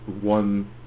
one